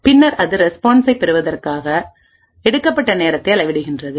பின்னர் அது ரெஸ்பான்ஸை பெறுவதற்கு எடுக்கப்பட்ட நேரத்தை அளவிடுகிறது